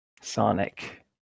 Sonic